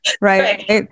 Right